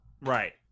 Right